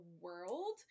world